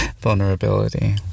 Vulnerability